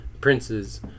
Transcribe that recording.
princes